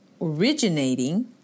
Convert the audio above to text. originating